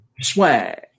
swag